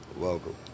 welcome